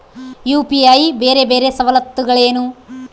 UPI ಬೇರೆ ಬೇರೆ ಸವಲತ್ತುಗಳೇನು?